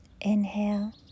Inhale